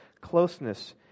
Closeness